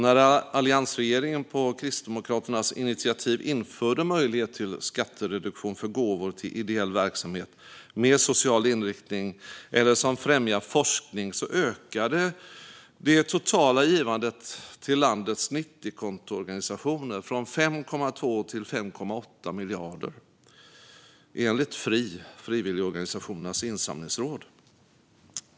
När alliansregeringen på Kristdemokraternas initiativ införde en möjlighet till skattereduktion för gåvor till ideell verksamhet med social inriktning eller som främjar forskning ökade det totala givandet till landets 90-kontoorganisationer från 5,2 miljarder till 5,8 miljarder, enligt tidigare FRII, Frivilligorganisationernas insamlingsråd.